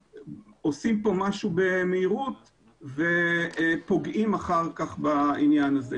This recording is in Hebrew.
עושים כאן משהו במהירות ואחר כך פוגעים בעניין הזה.